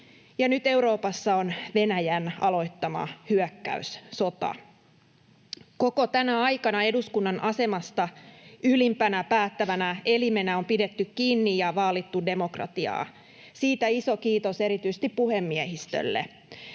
nyt Euroopassa on Venäjän aloittama hyökkäyssota. Koko tänä aikana eduskunnan asemasta ylimpänä päättävänä elimenä on pidetty kiinni ja vaalittu demokratiaa. Siitä iso kiitos erityisesti puhemiehistölle,